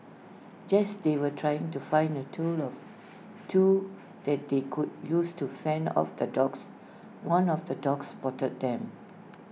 just they were trying to find A tool of two that they could use to fend off the dogs one of the dogs spotted them